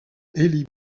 élie